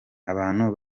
abantu